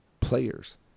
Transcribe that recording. players